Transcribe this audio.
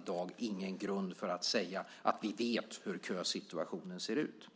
dag ingen grund för att säga att vi vet hur kösituationen ser ut.